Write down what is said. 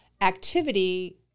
activity